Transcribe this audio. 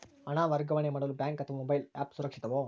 ಹಣ ವರ್ಗಾವಣೆ ಮಾಡಲು ಬ್ಯಾಂಕ್ ಅಥವಾ ಮೋಬೈಲ್ ಆ್ಯಪ್ ಸುರಕ್ಷಿತವೋ?